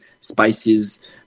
spices